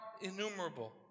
innumerable